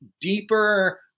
deeper